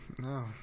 No